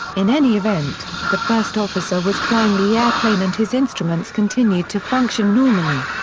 in any event, the first officer was flying the airplane and his instruments continued to function normally.